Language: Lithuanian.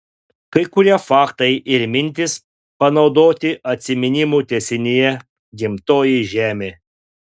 kai kurie faktai ir mintys panaudoti atsiminimų tęsinyje gimtoji žemė